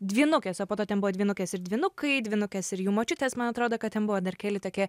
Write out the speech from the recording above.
dvynukės o po to ten buvo dvynukės ir dvynukai dvynukės ir jų močiutės man atrodo kad ten buvo dar keli tokie